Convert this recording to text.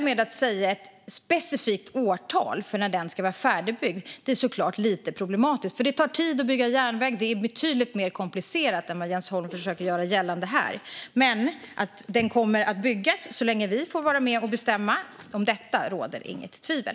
Men att säga ett specifikt årtal för när den ska vara färdigbyggd är såklart lite problematiskt. Det tar tid att bygga järnväg. Det är betydligt mer komplicerat än vad Jens Holm försöker göra gällande här. Men den kommer att byggas så länge vi får vara med och bestämma. Om detta råder inget tvivel.